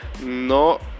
No